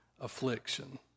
affliction